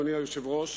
אדוני היושב-ראש.